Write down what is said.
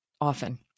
often